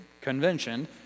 convention